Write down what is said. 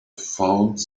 found